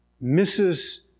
Misses